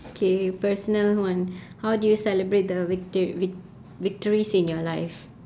okay personal one how do you celebrate the vitor~ vic~ victories in your life